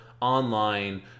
online